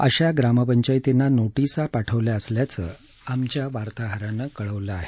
अशा ग्रामपंचायतींना नोटीसा पाठवल्या असल्याचं आमच्या वार्ताहरानं कळवलं आहे